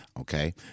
okay